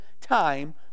time